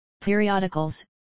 periodicals